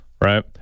Right